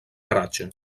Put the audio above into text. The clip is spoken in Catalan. garatge